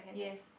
yes